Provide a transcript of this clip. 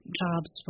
jobs